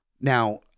Now